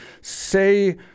Say